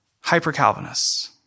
hyper-Calvinists